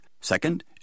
Second